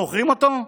זוכרים אותו?